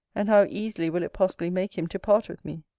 and how easily will it possibly make him to part with me!